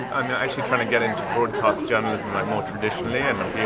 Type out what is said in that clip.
actually trying to get into broadcast journalism like more traditionally